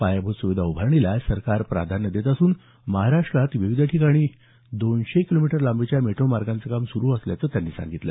पायाभूत सुविधा उभारणीला सरकार प्राधान्य देत असून महाराष्ट्रात विविध ठिकाणी दोनशे किलोमीटर लांबीच्या मेट्रो मार्गांचं काम सुरु असल्याचं त्यांनी सांगितलं